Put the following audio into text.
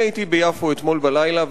אני הייתי ביפו אתמול בלילה,